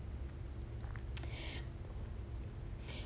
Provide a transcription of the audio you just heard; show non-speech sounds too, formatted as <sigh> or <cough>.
<breath>